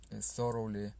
thoroughly